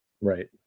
Right